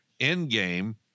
Endgame